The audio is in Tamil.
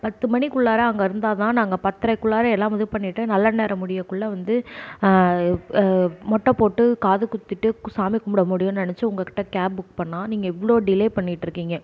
பத்து மணிக்குள்ளார அங்கே இருந்தால்தான் நாங்கள் பத்தரைக்குள்ளார எல்லாம் இது பண்ணிவிட்டு நல்ல நேரம் முடியறக்குள்ள வந்து மொட்டை போட்டு காது குத்திட்டு சாமி கும்பிட முடியுனு நினச்சி உங்கள்கிட்ட கேப் புக் பண்ணால் நீங்கள் இவ்வளோ டிலே பண்ணிட்டிருக்கீங்க